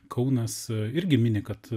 kaunas irgi mini kad